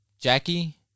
Jackie